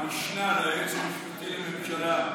המשנה ליועצת המשפטית לממשלה,